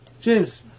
James